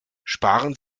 sparen